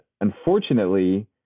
unfortunately